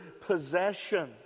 possession